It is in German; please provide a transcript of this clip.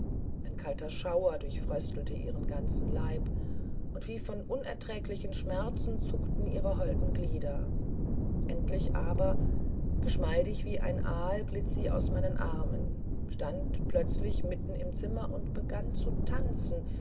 ein kalter schauer überfröstelte ihren ganzen leib und wie von unerträglichen schmerzen zuckten ihre holden glieder endlich aber geschmeidig wie ein aal glitt sie aus meinen armen stand plötzlich mitten im zimmer und begann zu tanzen